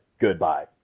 goodbye